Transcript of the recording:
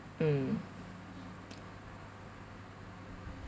mm